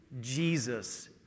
Jesus